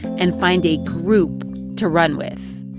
and find a group to run with.